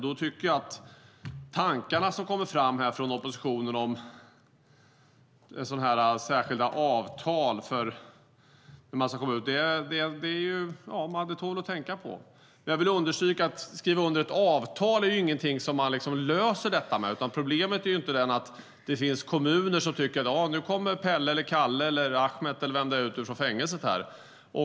Jag tycker att tankarna från oppositionen om särskilda avtal när man kommer ut är något som tål att tänka på. Att skriva under ett avtal är dock ingen lösning. Problemet är inte det att det finns kommuner som tänker: Nu kommer Pelle eller Kalle eller Ahmed ut ur fängelset.